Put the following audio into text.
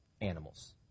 animals